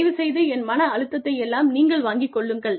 தயவுசெய்து என் மன அழுத்தத்தை எல்லாம் நீங்கள் வாங்கிக் கொள்ளுங்கள்